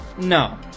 No